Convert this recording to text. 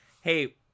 hey